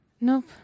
Nope